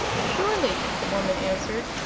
surely, the woman answered,